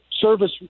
service